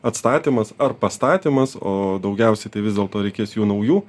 atstatymas ar pastatymas o daugiausiai tai vis dėlto reikės jų naujų